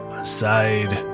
aside